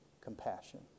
Compassion